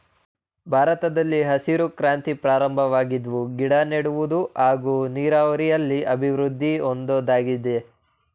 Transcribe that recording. ಭಾರತದಲ್ಲಿ ಹಸಿರು ಕ್ರಾಂತಿ ಪ್ರಾರಂಭವಾದ್ವು ಗಿಡನೆಡುವುದು ಹಾಗೂ ನೀರಾವರಿಲಿ ಅಭಿವೃದ್ದಿ ಹೊಂದೋದಾಗಿದೆ